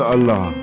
Allah